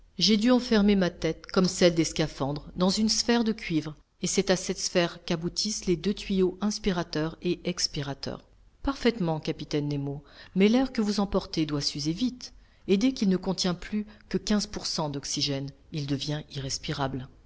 j'ai dû enfermer ma tête comme celle des scaphandres dans une sphère de cuivre et c'est à cette sphère qu'aboutissent les deux tuyaux inspirateurs et expirateurs parfaitement capitaine nemo mais l'air que vous emportez doit s'user vite et dès qu'il ne contient plus que quinze pour cent d'oxygène il devient irrespirable